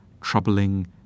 troubling